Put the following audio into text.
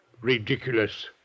Ridiculous